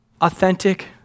Authentic